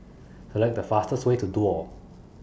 Select The fastest Way to Duo